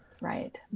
right